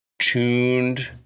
tuned